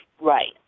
Right